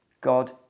God